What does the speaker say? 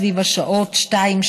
סביב השעות 02:00,